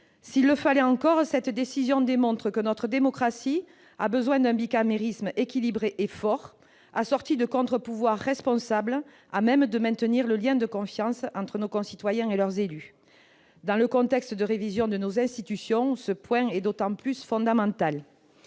S'il le fallait encore, cette décision démontre que notre démocratie a besoin d'un bicamérisme équilibré et fort, assorti de contre-pouvoirs responsables, à même de maintenir le lien de confiance entre nos concitoyens et leurs élus. Dans le contexte de réforme de nos institutions, ce point est d'autant plus fondamental.